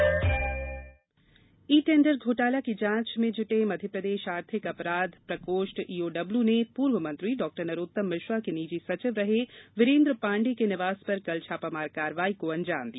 ई tender e tender घोटाले की जांच में जुटे मध्यप्रदेश आर्थिक अपराध प्रकोष्ठ ईओडब्ल्यू ने पूर्व मंत्री डॉ नरोत्तम मिश्रा के निजी सचिव रहे वीरेंद्र पांडे के निवास पर कल छापामार कार्रवाई को अंजाम दिया